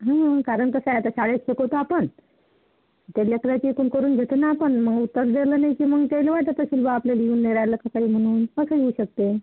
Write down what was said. हा कारण कसा आहे आता शाळेत शिकवतो आपण त्याला लेकराची काही करून घेतो ना आपण मग उत्तर दिलं नाही की मग त्याला वाटत असेल की बाबा आपल्याला येऊन नाही राहिला की काही म्हणून असंही होऊ शकते